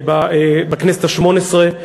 בכנסת השמונה-עשרה.